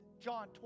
John